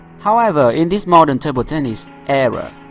however, in this modern table tennis era,